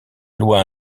loi